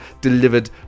delivered